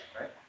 right